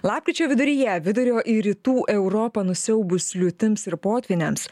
lapkričio viduryje vidurio ir rytų europą nusiaubus liūtims ir potvyniams